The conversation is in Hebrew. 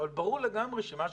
אבל ברור לגמרי שמה שיעלה,